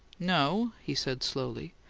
no, he said, slowly.